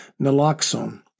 Naloxone